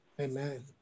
Amen